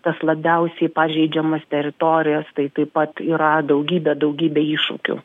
tas labiausiai pažeidžiamas teritorijos tai taip pat yra daugybė daugybė iššūkių